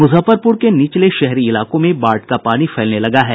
मुजफ्फरपुर के निचले शहरी इलाकों में बाढ़ का पानी फैलने लगा है